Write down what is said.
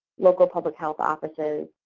local public health offices,